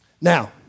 Now